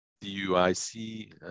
D-U-I-C